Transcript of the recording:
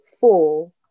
four